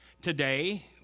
Today